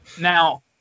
Now